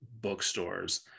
bookstores